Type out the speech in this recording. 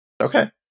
Okay